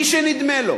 מי שנדמה לו